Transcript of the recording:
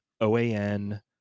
OAN